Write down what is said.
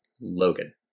Logan